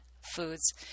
foods